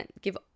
give